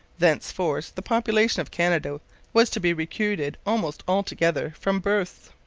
thenceforth the population of canada was to be recruited almost altogether from births.